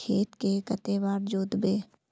खेत के कते बार जोतबे?